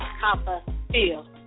Copperfield